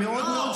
אתה רוצה לבטל